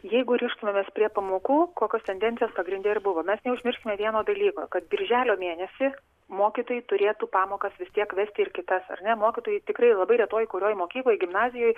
jeigu rištumėmės prie pamokų kokios tendencijos pagrinde ir buvo mes neužmirškime vieno dalyko kad birželio mėnesį mokytojai turėtų pamokas vis tiek vesti ir kitas ar ne mokytojai tikrai labai retoj kurioj mokykloj gimnazijoj